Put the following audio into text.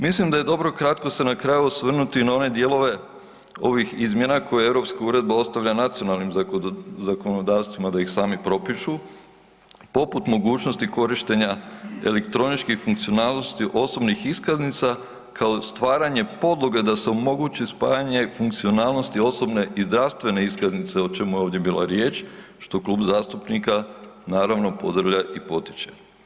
Mislim da je dobro kratko se na kraju osvrnuti na one dijelove ovih izmjena koje europska uredba ostavlja nacionalnim zakonodavstvima da ih sami propišu poput mogućnosti korištenja elektroničkih funkcionalnosti osobnih iskaznica kao stvaranje podloge da se omogući spajanje funkcionalnosti osobne i zdravstvene iskaznice o čemu je ovdje bila riječ, što klub zastupnika naravno pozdravlja i potiče.